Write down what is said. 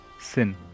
sin